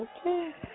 Okay